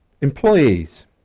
Employees